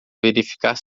verificar